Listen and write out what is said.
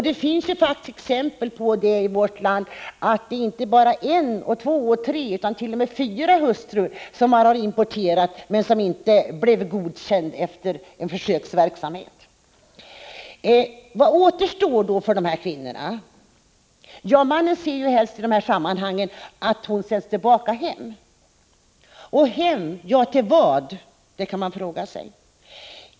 Det finns faktiskt exempel i vårt land på att inte bara en, två eller tre utan t.o.m. fyra hustrur som importerats inte har blivit godkända efter en försöksverksamhet. Vad återstår då för dessa kvinnor? Mannen ser i dessa sammanhang helst att kvinnan sänds tillbaka hem. Hem till vad? kan man fråga sig.